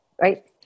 Right